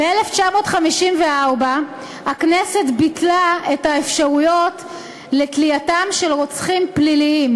ב-1954 הכנסת ביטלה את האפשרויות לתלייתם של רוצחים פליליים,